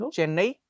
Chennai